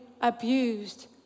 abused